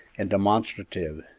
and demonstrative,